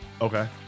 Okay